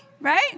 Right